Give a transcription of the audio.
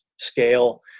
scale